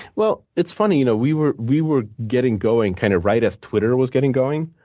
well, it's funny. you know we were we were getting going kind of right as twitter was getting going.